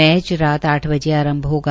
match रात आठ बजे आरंभ होगा